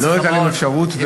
לא היתה להן אפשרות,